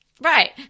Right